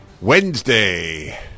Wednesday